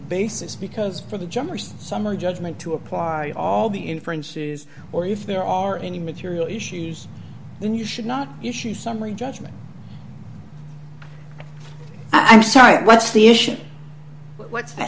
basis because for the jumper summary judgment to apply all the inferences or if there are any material issues then you should not issue a summary judgment i'm sorry what's the issue what's that